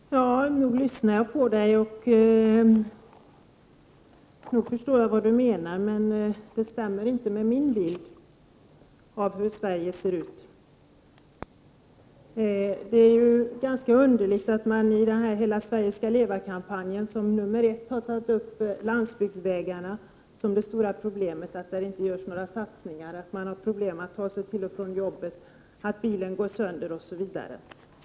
Herr talman! Nog lyssnar jag på Olle Östrand, och nog förstår jag vad han menar, men det stämmer inte med min bild av hur Sverige ser ut. Det är ju ganska underligt att man i kampanjen Hela Sverige skall leva som problem nr 1 har tagit upp landsbygdsvägarna, där det inte görs några satsningar. Man har problem på landsbygden med att ta sig till och från jobbet, och det är svårt när bilar går sönder.